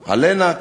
עלינא?